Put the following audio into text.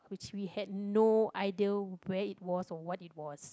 which we had no idea where it was or what it was